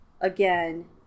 again